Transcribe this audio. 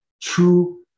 True